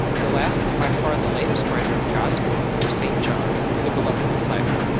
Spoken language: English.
the last and by far the latest writer of god's book was st. john, the beloved disciple.